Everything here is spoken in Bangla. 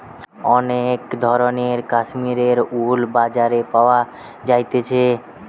অনেক ধরণের কাশ্মীরের উল বাজারে পাওয়া যাইতেছে